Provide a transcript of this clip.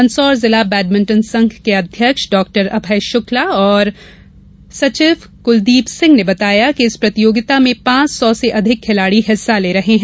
मंदसौर जिला बैडमिंटन के अध्यक्ष डाक्टर अभय शुक्ला और सचिव कुलदीप सिंह ने बताया कि इस प्रतियोगिता में पांच सौ से अधिक खिलाड़ी हिस्सा ले रहे हैं